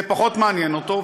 זה פחות מעניין אותו.